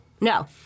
no